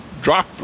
drop